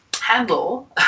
handle